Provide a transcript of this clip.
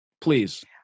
Please